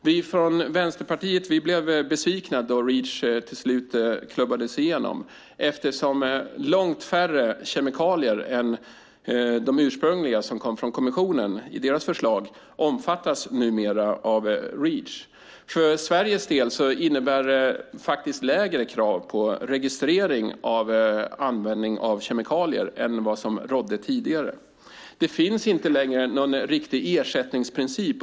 Vi från Vänsterpartiet blev besvikna då Reach till slut antogs, eftersom långt färre kemikalier än de som fanns med i kommissionens ursprungliga förslag omfattas av Reach. För Sveriges del innebär Reach faktiskt lägre krav på registrering av användning av kemikalier än vad som rådde tidigare. Det finns inte längre någon riktig ersättningsprincip.